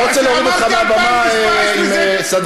אני לא רוצה להוריד אותך מהבמה עם סדרן.